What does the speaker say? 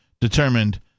determined